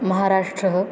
महाराष्ट्रः